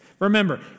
Remember